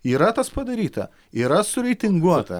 yra tas padaryta yra sureitinguota